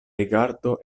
rigardo